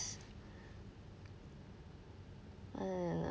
mm